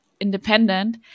independent